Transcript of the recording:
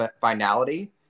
finality